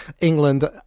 England